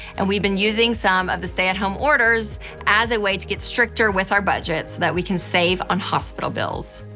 and we've been using some of the stay-at-home orders as a way to get stricter with our budget so that we can save on hospital bills.